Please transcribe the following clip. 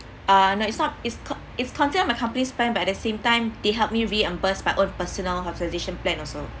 uh no it's not it's con~ it's considered my company spend but at the same time they helped me reimbursed by own personal hospitalisation plan also